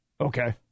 Okay